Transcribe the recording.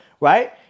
right